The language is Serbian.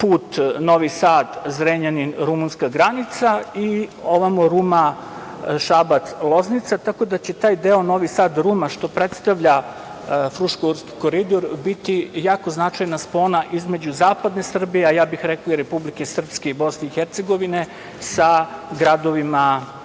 put Novi Sad – Zrenjanin – rumunska granica, takođe Ruma – Šabac – Loznica, tako da će taj deo Novi Sad – Ruma, što predstavlja Fruškogorski koridor biti jako značajna spona između Zapadne Srbije, a ja bih rekao i Republike Srpske i Bosne i Hercegovine sa gradovima